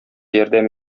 ярдәм